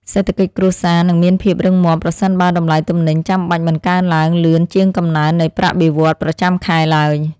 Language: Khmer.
សេដ្ឋកិច្ចគ្រួសារនឹងមានភាពរឹងមាំប្រសិនបើតម្លៃទំនិញចាំបាច់មិនកើនឡើងលឿនជាងកំណើននៃប្រាក់បៀវត្សរ៍ប្រចាំខែឡើយ។